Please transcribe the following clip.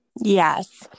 Yes